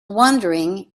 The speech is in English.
wondering